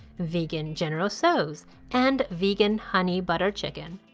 vegan general tso's, and vegan honey butter chicken.